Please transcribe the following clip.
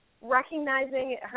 recognizing